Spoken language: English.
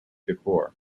decor